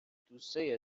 دوستایی